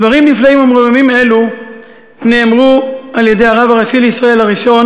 דברים נפלאים ומרוממים אלו נאמרו על-ידי הרב הראשי הראשון לישראל,